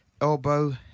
elbow